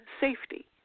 safety